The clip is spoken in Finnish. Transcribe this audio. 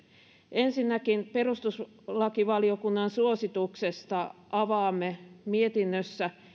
ensinnäkin perustuslakivaliokunnan suosituksesta avaamme mietinnössä